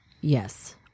Yes